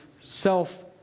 self